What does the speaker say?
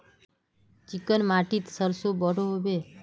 Chicken माटित सरसों बढ़ो होबे?